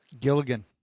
Gilligan